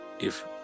if-